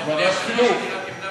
ועדת חינוך.